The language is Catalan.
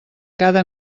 cada